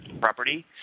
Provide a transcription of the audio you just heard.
property